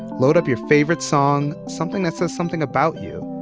load up your favorite song, something that says something about you,